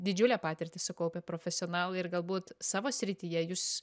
didžiulę patirtį sukaupę profesionalai ir galbūt savo srityje jūs